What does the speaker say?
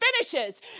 finishes